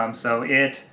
um so it,